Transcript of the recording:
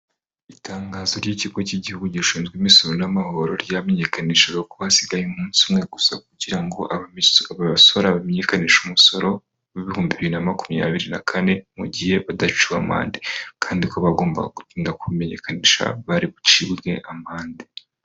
Itangazo ry'ikigo cy'igihugu gishinzwe imisusoro n'amahoro ryamenyekanishije ko hasigaye umunsi umwe gusa kugira ngo abasora bamenyekanishe umusoro w'ibihumbibiri na makumyabiri na kane mu gihe badaciwe amande kandi ko bagomba gutinda kumenyekanisha bari bucibwe amande.